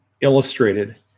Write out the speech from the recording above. illustrated